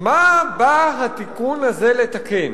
מה בא התיקון הזה לתקן?